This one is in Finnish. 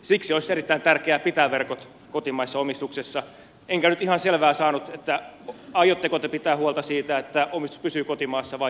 siksi olisi erittäin tärkeää pitää verkot kotimaisessa omistuksessa enkä nyt ihan selvää saanut aiotteko te pitää huolta siitä että omistus pysyy kotimaassa vai ettekö